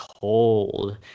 cold